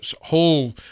whole